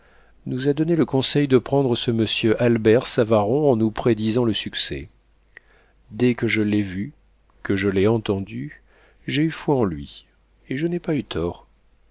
nous a donné le conseil de prendre ce monsieur albert savaron en nous prédisant le succès dès que je l'ai vu que je l'ai entendu j'ai eu foi en lui et je n'ai pas eu tort